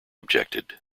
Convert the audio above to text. objected